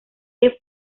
que